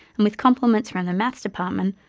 and with compliments from the maths department,